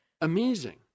Amazing